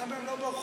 למה הם לא ברחובות?